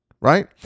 right